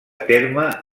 terme